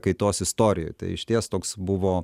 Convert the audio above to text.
kaitos istorijoje tai išties toks buvo